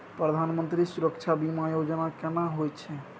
प्रधानमंत्री सुरक्षा बीमा योजना केना होय छै?